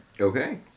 Okay